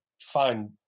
fine